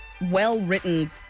well-written